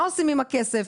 מה עושים עם הכסף,